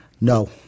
No